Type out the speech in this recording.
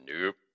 Nope